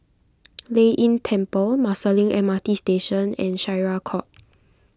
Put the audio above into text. Lei Yin Temple Marsiling M R T Station and Syariah Court